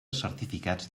certificats